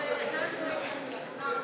קבוצת סיעת המחנה